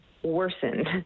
worsened